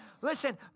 Listen